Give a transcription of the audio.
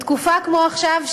בתקופה כמו עכשיו,